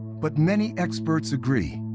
but many experts agree